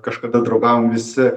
kažkada draugavom visi